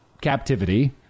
captivity